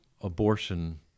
abortion